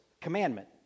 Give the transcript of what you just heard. commandment